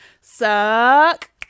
suck